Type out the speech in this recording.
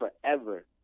forever